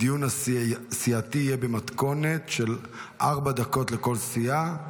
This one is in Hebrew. הדיון הסיעתי יהיה במתכונת של ארבע דקות לכל סיעה.